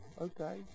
Okay